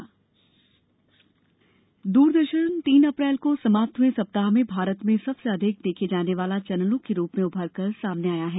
Doordarshan channel Doordarshan तीन अप्रैल को समाप्त हुए सप्ताह में भारत में सबसे अधिक देखे जाने वाले चैनलों के रूप में उभर कर आया है